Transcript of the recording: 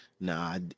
Nah